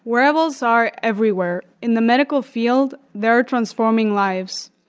wearables are everywhere, in the medical field, they are transforming lives.